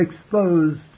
exposed